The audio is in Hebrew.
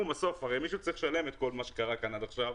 הרי מישהו יצטרך לשלם בשל כל מה שקרה כאן עד עכשיו,